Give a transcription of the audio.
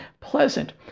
pleasant